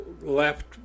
left